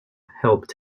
helped